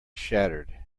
shattered